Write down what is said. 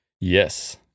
yes